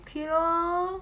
okay lor